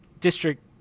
district